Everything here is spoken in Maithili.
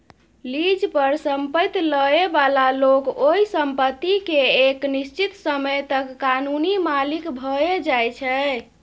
लीज पर संपैत लइ बला लोक ओइ संपत्ति केँ एक निश्चित समय तक कानूनी मालिक भए जाइ छै